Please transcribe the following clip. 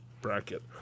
bracket